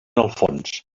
alfons